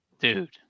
dude